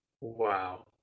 wow